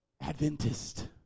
Adventist